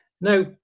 Now